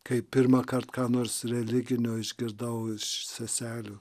kai pirmąkart ką nors religinio išgirdau iš seselių